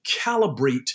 calibrate